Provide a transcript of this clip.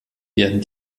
werden